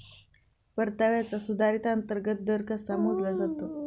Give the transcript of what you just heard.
परताव्याचा सुधारित अंतर्गत दर कसा मोजला जातो?